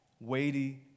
weighty